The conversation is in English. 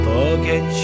Forget